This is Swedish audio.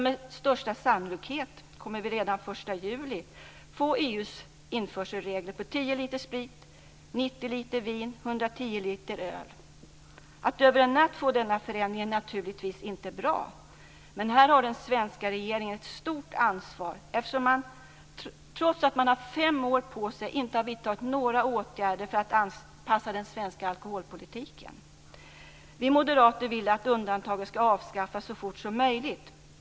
Med största sannolikhet kommer vi redan den 1 juli att få EU:s införselregler på 10 liter sprit, 90 liter vin och 110 liter öl. Att över en natt få denna förändring är naturligtvis inte bra. Här har den svenska regeringen ett stort ansvar. Trots att man har haft fem år på sig har man inte vidtagit några åtgärder för att anpassa den svenska alkoholpolitiken. Vi moderater vill att undantaget ska avskaffas så fort som möjligt.